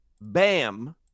Bam